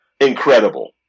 incredible